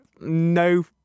No